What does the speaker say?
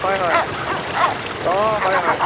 হয় হয় অঁ হয় হয়